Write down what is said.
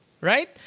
right